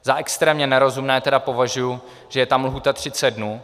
Za extrémně nerozumné tedy považuji, že je tam lhůta 30 dnů.